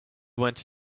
went